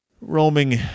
roaming